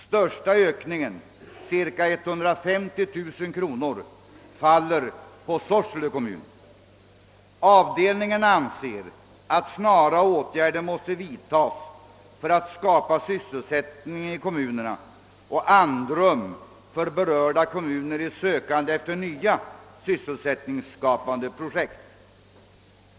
Största ökningen, ca 155 000 kr faller på Sorsele kommun. Avdelningen anser att snara åtgärder måste vidtagas för att skapa sysselsättning i kommunerna och andrum för berörda instanser i sökande efter nya sysselsättningsskapande projekt.